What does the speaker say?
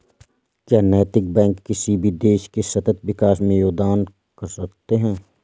क्या नैतिक बैंक किसी भी देश के सतत विकास में योगदान कर सकते हैं?